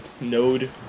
node